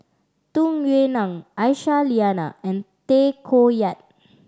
Tung Yue Nang Aisyah Lyana and Tay Koh Yat